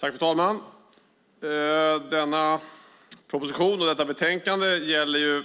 Fru talman! Propositionen och betänkandet behandlar